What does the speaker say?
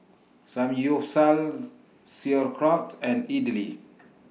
Samgyeopsal Sauerkraut and Idili